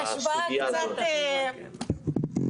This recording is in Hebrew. בתור